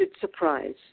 surprise